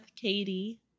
Katie